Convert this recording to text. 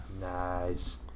Nice